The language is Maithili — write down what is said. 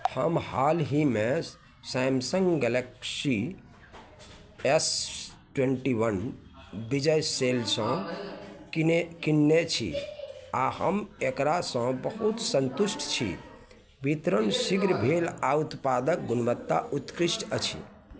हम हालहिमे Samsung Galaxy S twenty one Vijay सेलसँ किने किनने छी आओर हम एकरासँ बहुत सन्तुष्ट छी वितरण शीघ्र भेल आओर उत्पादके गुणवत्ता उत्कृष्ट अछि